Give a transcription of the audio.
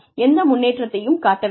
எந்த முன்னேற்றத்தையும் காட்டவில்லை